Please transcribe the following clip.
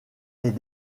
est